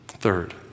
third